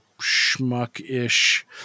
schmuck-ish